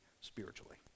spiritually